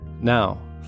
Now